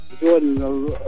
Jordan